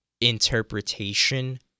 interpretation